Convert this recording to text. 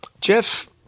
Jeff